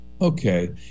okay